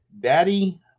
daddy